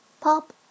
pop